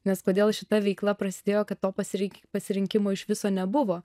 nes kodėl šita veikla prasidėjo kad to pasirink pasirinkimo iš viso nebuvo